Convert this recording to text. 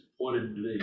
pointedly